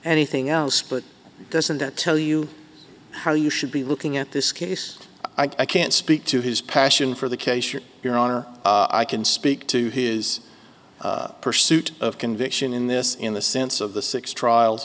anything else but doesn't that tell you how you should be looking at this case i can't speak to his passion for the case yet your honor i can speak to his pursuit of conviction in this in the sense of the six trial